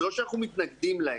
זה לא שאנחנו מתנגדים להם.